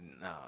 No